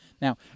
now